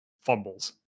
fumbles